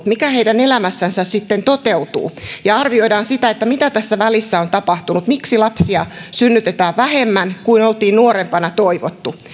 mikä heidän elämässään sitten toteutuu ja arvioidaan sitä mitä tässä välissä on tapahtunut miksi lapsia synnytetään vähemmän kuin oltiin nuorempana toivottu